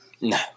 No